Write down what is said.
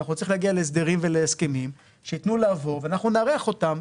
אנחנו נצטרך להגיע להסדרים ולהסכמים שיתנו לעבור ואנחנו נארח אותם.